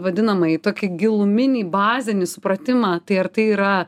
vadinamąjį tokį giluminį bazinį supratimą tai ar tai yra